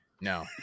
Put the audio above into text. no